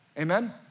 Amen